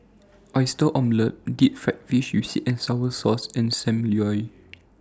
Oyster Omelette Deep Fried Fish with Sweet and Sour Sauce and SAM Lau